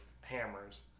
hammers